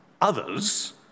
others